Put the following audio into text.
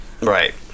Right